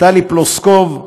טלי פלוסקוב,